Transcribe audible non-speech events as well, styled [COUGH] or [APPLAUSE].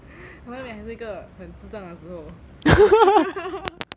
好像你还是一个很智障的时候 [LAUGHS]